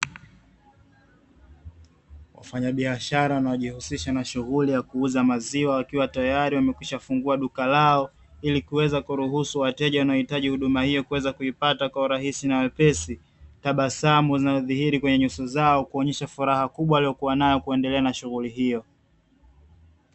Mfanyabiashara anaejihusisha na shughuli ya kuuza maziwa akiwa tayari limekwisha fungua duka lao ilikuweza kuruhusu wateja kupata huduma hio kwa urahisi na uwepesi na tabasamu zilizoko kwenye nyuso zao zikionesha furaha waliyokuwa nayo kuendelea na shughuli hizo.